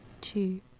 two